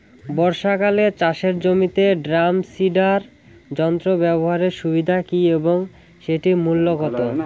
বর্ষাকালে চাষের জমিতে ড্রাম সিডার যন্ত্র ব্যবহারের সুবিধা কী এবং সেটির মূল্য কত?